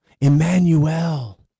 Emmanuel